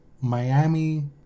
Miami